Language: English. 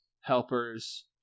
helpers